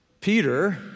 Peter